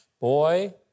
boy